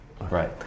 Right